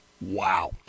Wow